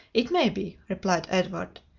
it may be, replied edward,